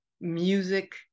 music